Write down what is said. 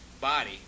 body